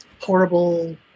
horrible